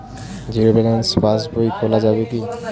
Zero balance pass বই খোলা যাবে কি?